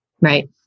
right